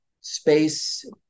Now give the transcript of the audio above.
space